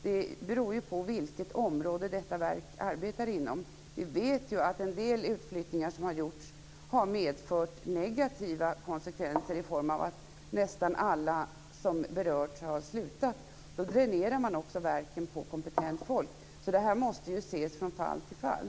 Det beror på vilket område detta verk arbetar inom. Vi vet ju att en del utflyttningar som har gjorts har fått negativa konsekvenser i form av att nästan alla anställda som berörts har slutat. Då dränerar man verken på kompetent folk. Detta måste alltså bedömas från fall till fall.